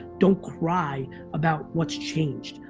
don't cry about what's changed.